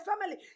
family